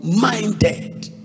minded